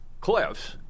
Cliffs